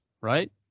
right